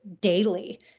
daily